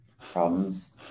problems